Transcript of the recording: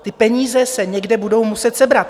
Ty peníze se někde budou muset sebrat.